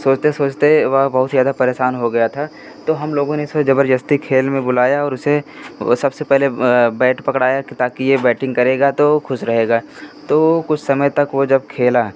सोचते सोचते वह बहुत ज़्यादा परेशान हो गया था तो हम लोगों ने उसको ज़बरदस्ती खेल में बुलाया और उसे सबसे पहले बैट पकड़ाया कि ताकी यह बैटिंग करेगा तो ख़ुश रहेगा तो कुस समय तक वह जब खेला